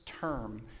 term